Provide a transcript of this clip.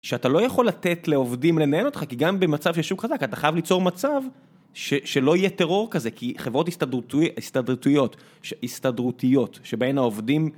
שאתה לא יכול לתת לעובדים לנהל אותך, כי גם במצב שהשוק חזק, אתה חייב ליצור מצב, שלא יהיה טרור כזה, כי חברות הסתדרותיות, הסתדרותיות, שבהן העובדים...